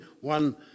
one